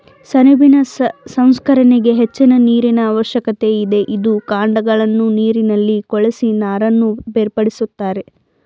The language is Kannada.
ಸೆಣಬಿನ ಸಂಸ್ಕರಣೆಗೆ ಹೆಚ್ಚಿನ ನೀರಿನ ಅವಶ್ಯಕತೆ ಇದೆ, ಇದರ ಕಾಂಡಗಳನ್ನು ನೀರಿನಲ್ಲಿ ಕೊಳೆಸಿ ನಾರನ್ನು ಬೇರ್ಪಡಿಸುತ್ತಾರೆ